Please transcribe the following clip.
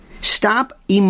Stop